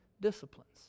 disciplines